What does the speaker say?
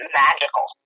magical